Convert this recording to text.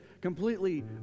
completely